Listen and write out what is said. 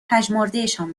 پژمردهشان